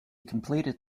completed